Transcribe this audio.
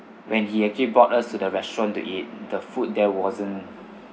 when he actually brought us to the restaurant to eat the food there wasn't